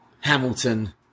Hamilton